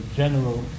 general